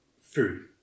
Food